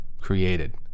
created